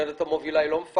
הגננת המובילה היא לא מפקחת,